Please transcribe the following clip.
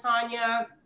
Tanya